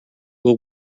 will